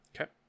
Okay